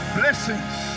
blessings